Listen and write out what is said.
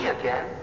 again